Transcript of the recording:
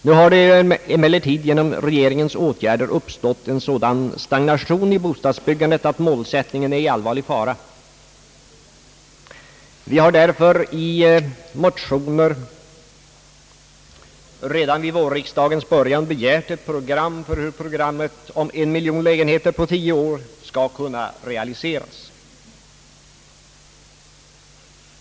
Nu har det emellertid genom regeringens åtgärder uppstått en sådan stagnation i bostadsbyggandet att målsättningen är i allvarlig fara. Vi har därför i motioner redan vid vårriksdagens början begärt ett besked om hur programmet för en miljon lägenheter på tio år skall kunna realiseras.